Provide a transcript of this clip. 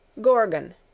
GORGON